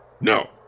No